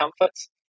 comforts